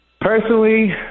Personally